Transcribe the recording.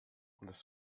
das